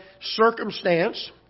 circumstance